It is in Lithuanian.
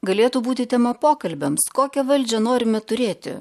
galėtų būti tema pokalbiams kokią valdžią norime turėti